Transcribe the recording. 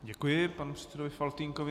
Děkuji panu předsedovi Faltýnkovi.